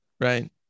Right